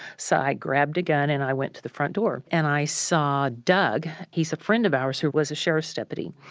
i grabbed a gun and i went to the front door. and i saw doug. he's a friend of ours who was a sheriff's deputy.